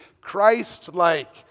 Christ-like